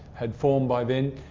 had formed by then,